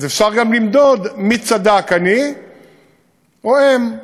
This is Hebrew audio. אז אפשר גם למדוד מי צדק, אני או הם.